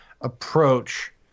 approach